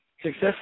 Success